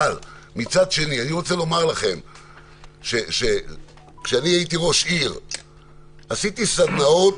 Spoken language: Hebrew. אבל מצד שני אני רוצה לומר לכם שכשהייתי ראש עיר עשיתי סדנאות